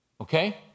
Okay